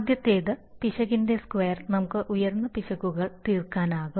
ആദ്യത്തേത് പിശകിന്റെ സ്ക്വയർ നമുക്ക് ഉയർന്ന പിശകുകൾ തീർക്കാനാകും